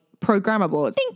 programmable